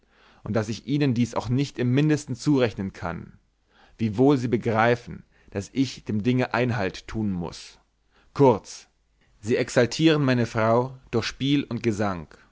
und daß ich ihnen dies auch nicht im mindesten zurechnen kann wiewohl sie begreifen daß ich dem dinge einhalt tun muß kurz sie exaltieren meine frau durch spiel und gesang